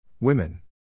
Women